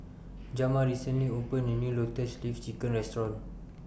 Jamar recently opened A New Lotus Leaf Chicken Restaurant